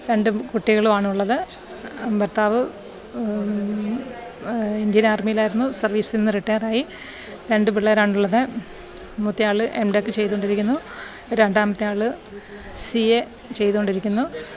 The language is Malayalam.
രണ്ട് കുട്ടികളുമാണുള്ളത് ഭർത്താവ് ഇന്ത്യൻ ആർമിയിലായിരുന്നു സർവീസിൽ നിന്ന് റിട്ടയറായി രണ്ട് പിള്ളേരാണുള്ളത് മൂത്തയാൾ എംടെക് ചെയ്തുകൊണ്ടിരിക്കുന്നു രണ്ടാമത്തെ ആൾ സി എ ചെയ്തുകൊണ്ടിരിക്കുന്നു